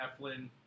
Eflin